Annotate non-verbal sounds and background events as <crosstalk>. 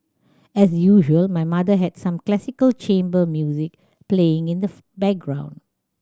as usual my mother had some classical chamber music playing in the <unintelligible> background